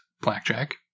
Blackjack